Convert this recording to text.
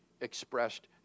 expressed